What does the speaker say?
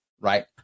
right